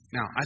Now